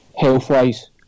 health-wise